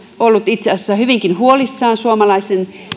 ollut itse asiassa hyvinkin huolissaan suomalaisten